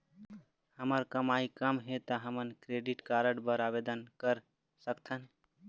हमर कमाई कम हे ता हमन क्रेडिट कारड बर आवेदन कर सकथन?